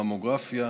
ממוגרפיה,